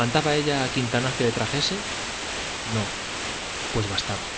mandaba ella a quintanar que le trajese no pues bastaba